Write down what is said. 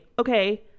okay